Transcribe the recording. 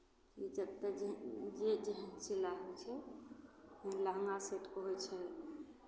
जतय जेह जे जेहन सिलावैत छै लहँगा सेटके होइ छै